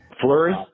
flurry